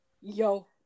Yo